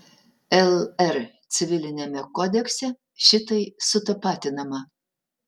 lr civiliniame kodekse šitai sutapatinama